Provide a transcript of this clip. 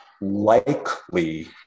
likely